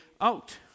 out